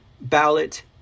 ballot